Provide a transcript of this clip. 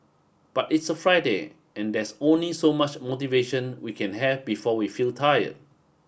but it's a Friday and there's only so much motivation we can have before we feel tired